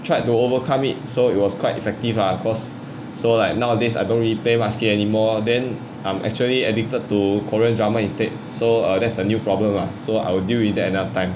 tried to overcome it so it was quite effective lah cause so like nowadays I don't really play much games anymore then I'm actually addicted to korean drama instead so err that's a new problem lah so I will deal with that any time